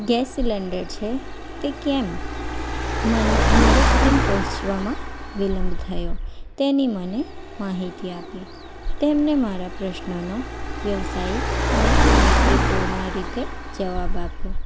gas cylinder છે તે કેમ મારા સુધી પહોંચવામાં વિલંબ થયો તેની મને માહિતી આપી તેમણે મારા પ્રશ્નનો વ્યવસાયિક અને મૈત્રીપૂર્ણ રીતે જવાબ આપ્યો